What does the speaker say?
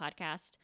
podcast